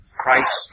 Christ